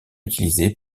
utilisé